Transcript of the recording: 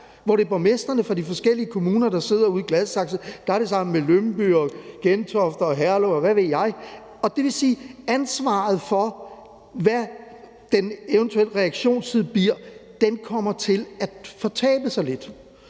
har adgang, borgmestrene fra de forskellige kommuner. Ude i Gladsaxe sidder man sammen med Lyngby og Gentofte og Herlev, og hvad ved jeg. Det vil sige, at ansvaret for, hvad en eventuel reaktionstid bliver, kommer til at fortabe sig lidt.